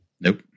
Nope